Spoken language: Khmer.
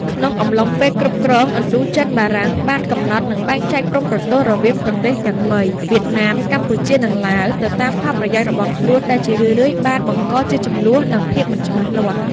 ក្នុងអំឡុងពេលគ្រប់គ្រងឥណ្ឌូចិនបារាំងបានកំណត់ និងបែងចែកព្រំប្រទល់រវាងប្រទេសទាំងបី វៀតណាម កម្ពុជា និងឡាវ ទៅតាមផលប្រយោជន៍របស់ខ្លួន ដែលជារឿយៗបានបង្កជាជម្លោះ និងភាពមិនច្បាស់លាស់។